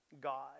God